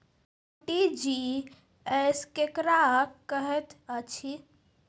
RTGS केकरा कहैत अछि?